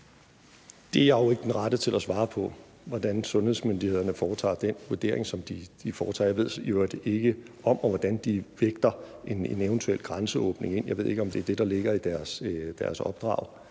Det er jeg jo ikke den rette til at svare på – altså hvordan sundhedsmyndighederne foretager den vurdering, som de foretager. Jeg ved i øvrigt ikke, om og hvordan de vægter en eventuel grænseåbning. Jeg ved ikke, om det er det, der ligger i deres opdrag